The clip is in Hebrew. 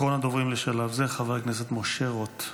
אחרון הדוברים לשלב זה, חבר הכנסת משה רוט.